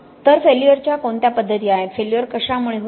तर फेल्युर च्या कोणत्या पद्धती आहेत फेल्युर कश्यामुळे होते